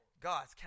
God's